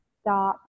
stop